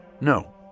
No